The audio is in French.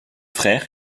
frères